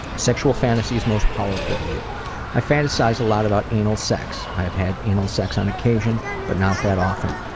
sexual fantasies most powerful to you i fantasize a lot about anal sex. i have had anal sex on occasion, but not that often.